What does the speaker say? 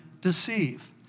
deceive